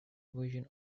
version